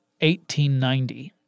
1890